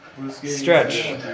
Stretch